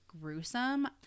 gruesome